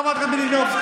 חברת הכנסת מלינובסקי.